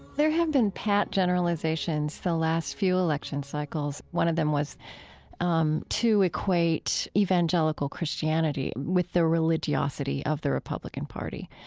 there have been pat generalizations the last few election cycles. one of them was um to equate evangelical christianity with the religiosity of the republican party.